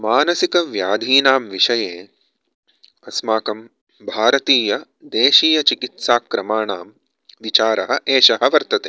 मानसिकव्याधीनां विषये अस्माकं भारतीयदेशीयचिकित्साक्रमाणां विचारः एषः वर्तते